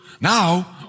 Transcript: now